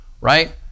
right